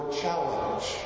challenge